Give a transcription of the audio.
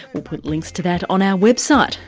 we'll put links to that on our website,